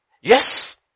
Yes